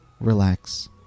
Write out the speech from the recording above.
relax